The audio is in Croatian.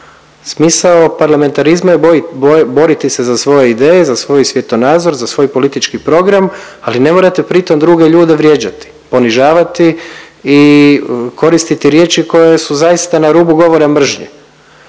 Smisao parlamentarizma je boriti se za svoje ideje, za svoj svjetonazor, za svoj politički program, ali ne morate pri tom druge ljude vrijeđati, ponižavati i koristiti riječi koje su zaista na rubu govora mržnje.